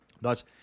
Thus